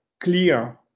clear